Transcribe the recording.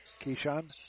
Keyshawn